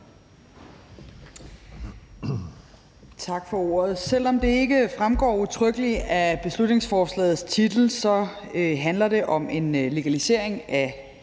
Tak for ordet. Selv om det ikke fremgår udtrykkeligt af beslutningsforslagets titel, handler det om en legalisering af